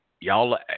y'all